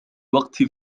وقت